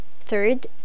third